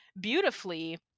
beautifully